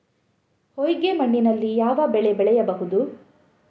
ಹೊಯ್ಗೆ ಮಣ್ಣಿನಲ್ಲಿ ಯಾವ ಬೆಳೆ ಬೆಳೆಯಬಹುದು?